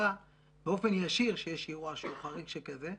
דורשת באופן ישיר כשיש אירוע חריג שכזה,